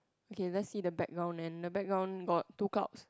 okay let's see the background and the background got two clouds